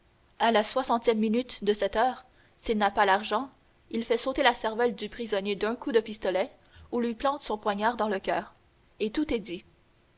à la soixantième minute de cette heure s'il n'a pas l'argent il fait sauter la cervelle du prisonnier d'un coup de pistolet ou lui plante son poignard dans le coeur et tout est dit